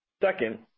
Second